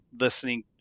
listening